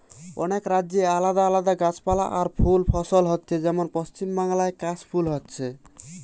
অনেক রাজ্যে আলাদা আলাদা গাছপালা আর ফুল ফসল হচ্ছে যেমন পশ্চিমবাংলায় কাশ ফুল হচ্ছে